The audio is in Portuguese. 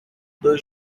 dois